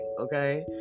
okay